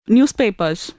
Newspapers